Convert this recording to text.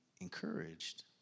encouraged